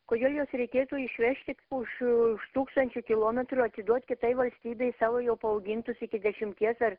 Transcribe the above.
kodėl juos reikėtų išvežti už už tūkstančių kilometrų atiduot kitai valstybei savo jau paaugintus iki dešimties ar